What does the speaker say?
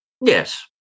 Yes